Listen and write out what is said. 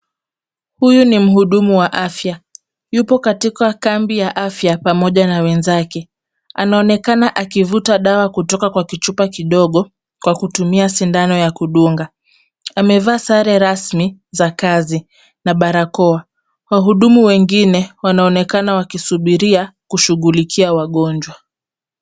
Huyu ni mhudumu wa afya. Yupo katika kambi ya afya pamoja na wenzake, anaonekana akivuta dawa kutoka kwa kichupa kidogo kwa kutumia sindano ya kudunga. Amevaa sare rasmi za kazi na barakoa. Wahudumu wengine wanaonekana wakisubiria kushugulikia wagonjwa.